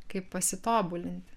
kaip pasitobulinti